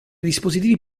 dispositivi